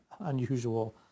unusual